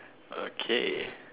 okay